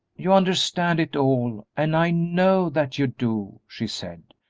you understand it all, and i know that you do, she said,